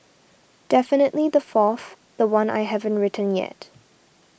definitely the fourth the one I haven't written yet